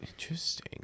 interesting